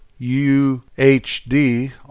UHD